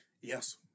Yes